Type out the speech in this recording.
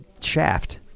shaft